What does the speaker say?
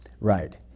Right